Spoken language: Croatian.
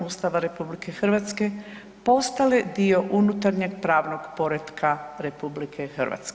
Ustava RH postale dio unutarnjeg pravnog poretka RH.